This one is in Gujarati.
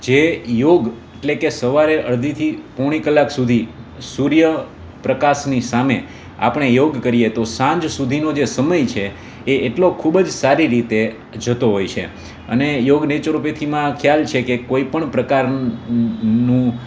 જે યોગ એટલે કે સવારે અડધીથી પોણી કલાક સુધી સૂર્યપ્રકાશની સામે આપણે યોગ કરીએ તો સાંજ સુધીનો જે સમય છે એ એટલો ખૂબ જ સારી રીતે જતો હોય છે અને યોગ નેચરોપેથીમાં ખ્યાલ છે કે કોઈપણ પ્રકાર નું